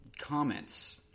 comments